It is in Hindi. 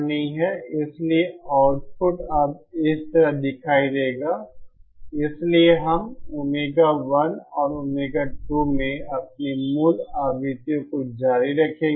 इसलिए आउटपुट अब इस तरह दिखाई देगा इसलिए हम ओमेगा 1 और ओमेगा 2 में अपनी मूल आवृत्तियों को जारी रखेंगे